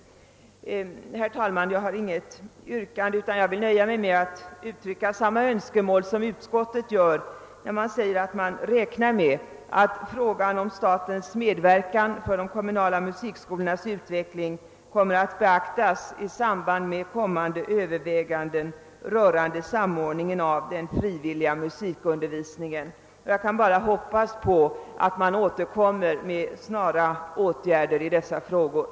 Herr talman! Jag har inte något yrkande utan vill nöja mig med att uttrycka samma önskemål som utskottet, när det säger att man räknar med att frågan om statens medverkan för de kommunala musikskolornas utveckling kommer att beaktas i samband med kommande överväganden rörande samordningen av den frivilliga musikundervisningen. Jag kan bara hoppas på att snara åtgärder kommer att vidtagas i detta avseende.